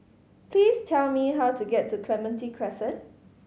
please tell me how to get to Clementi Crescent